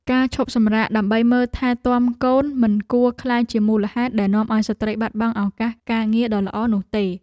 ការឈប់សម្រាកដើម្បីមើលថែទាំកូនមិនគួរក្លាយជាមូលហេតុដែលនាំឱ្យស្ត្រីត្រូវបាត់បង់ឱកាសការងារដ៏ល្អនោះទេ។